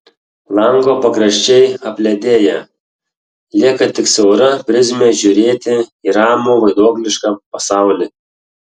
lango pakraščiai apledėja lieka tik siaura prizmė žiūrėti į ramų vaiduoklišką pasaulį